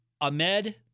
Ahmed